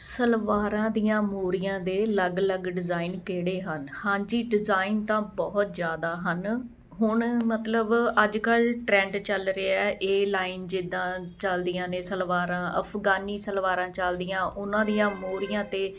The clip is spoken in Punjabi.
ਸਲਵਾਰਾਂ ਦੀਆਂ ਮੋਰੀਆਂ ਦੇ ਅਲੱਗ ਅਲੱਗ ਡਿਜ਼ਾਇਨ ਕਿਹੜੇ ਹਨ ਹਾਂਜੀ ਡਿਜ਼ਾਇਨ ਤਾਂ ਬਹੁਤ ਜ਼ਿਆਦਾ ਹਨ ਹੁਣ ਮਤਲਬ ਅੱਜ ਕੱਲ੍ਹ ਟਰੈਂਡ ਚੱਲ ਰਿਹਾ ਇਹ ਲਾਈਨ ਜਿੱਦਾਂ ਚੱਲਦੀਆਂ ਨੇ ਸਲਵਾਰਾਂ ਅਫਗਾਨੀ ਸਲਵਾਰਾਂ ਚੱਲਦੀਆਂ ਉਹਨਾਂ ਦੀਆਂ ਮੂਰੀਆਂ 'ਤੇ